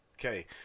Okay